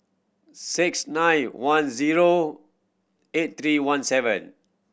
six nine one zero eight three one seven